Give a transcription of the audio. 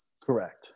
Correct